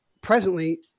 presently